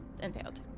impaled